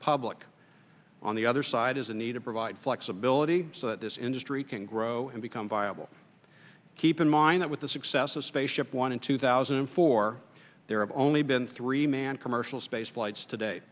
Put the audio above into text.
public on the other side is a need to provide flexibility so that this industry can grow and become viable keep in mind that with the success of spaceship one in two thousand and four there have only been three manned commercial space flights today